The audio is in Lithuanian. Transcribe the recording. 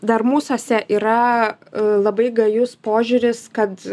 dar mūsuose yra labai gajus požiūris kad